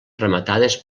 rematades